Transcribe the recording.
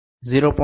S